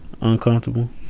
uncomfortable